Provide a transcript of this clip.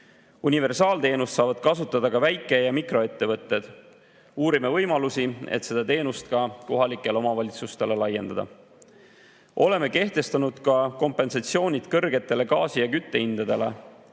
Universaalteenust saavad kasutada ka väike- ja mikroettevõtted. Uurime võimalusi, et seda teenust ka kohalikele omavalitsustele laiendada. Oleme kehtestanud ka kompensatsioonid kõrgetele gaasi ja kütte hindadele.